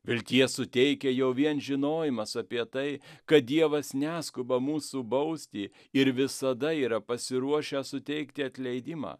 vilties suteikia jau vien žinojimas apie tai kad dievas neskuba mūsų bausti ir visada yra pasiruošęs suteikti atleidimą